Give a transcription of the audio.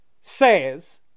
says